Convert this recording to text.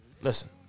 listen